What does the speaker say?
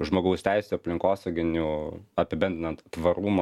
žmogaus teisių aplinkosauginių apibendrinant tvarumo